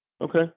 Okay